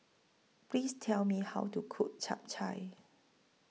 Please Tell Me How to Cook Chap Chai